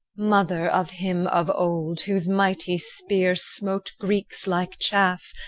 mother of him of old, whose mighty spear smote greeks like chaff,